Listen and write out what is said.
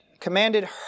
commanded